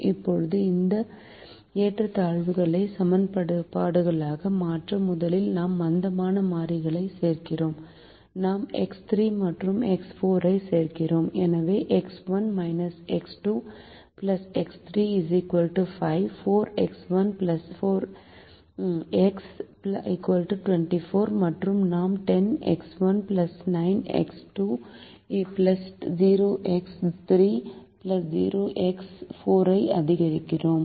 இப்போது இந்த ஏற்றத்தாழ்வுகளை சமன்பாடுகளாக மாற்ற முதலில் நாம் மந்தமான மாறிகள் சேர்க்கிறோம் நாம் எக்ஸ் 3 மற்றும் எக்ஸ் 4 ஐ சேர்க்கிறோம் எனவே x 1 x 2 x 3 5 4 x 1 x 4 24 மற்றும் நாம் 10 எக்ஸ் 1 9 எக்ஸ் 2 0 எக்ஸ் 3 0 எக்ஸ் 4 ஐ அதிகரிக்கிறோம்